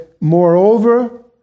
moreover